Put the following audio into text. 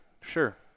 sure